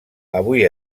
avui